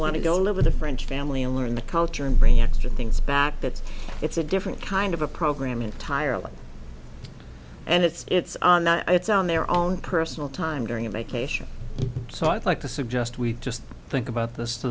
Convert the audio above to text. want to go live with a french family and learn the culture and bring extra things back that's it's a different kind of a program entirely and it's on it's on their own personal time during a vacation so i'd like to suggest we just think about this to